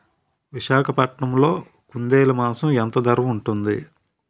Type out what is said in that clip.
విశాఖపట్నంలో కుందేలు మాంసం ఎంత ధర ఉంటుంది?